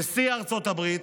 נשיא ארצות הברית,